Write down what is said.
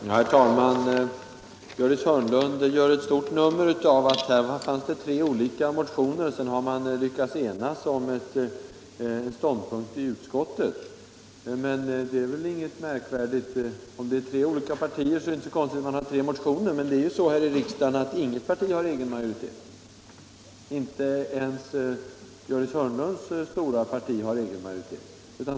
Herr talman! Fru Hörnlund gör stort nummer av att det här förelåg tre olika motioner och att man sedan har lyckats ena sig om en ståndpunkt i utskottet. Men det är väl inget märkvärdigt. Om det finns tre olika partier, är det inte så konstigt att det har väckts tre olika motioner. Nu är det ju så här i riksdagen att inget parti har egen majoritet. Inte ens Gördis Hörnlunds stora parti har egen majoritet.